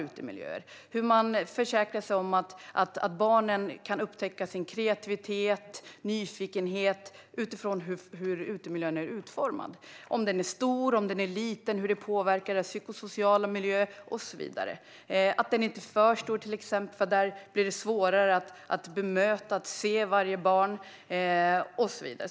Det handlar om hur man försäkrar sig om att barnen kan upptäcka sin kreativitet och nyfikenhet utifrån hur utemiljön är utformad. Om den är stor eller liten påverkar deras psykosociala miljö. Den får inte vara för stor, för då blir det svårare att se och bemöta varje barn och så vidare.